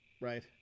right